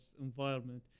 environment